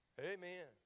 Amen